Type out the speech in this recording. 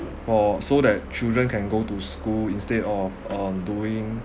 for so that children can go to school instead of uh doing